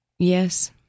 Yes